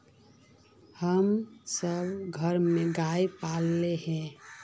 हम सब घर में गाय पाले हिये?